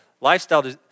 lifestyle